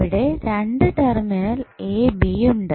ഇവിടെ 2 terminal A B ഉണ്ട്